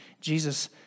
Jesus